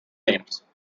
names